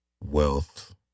wealth